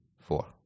four